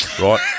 right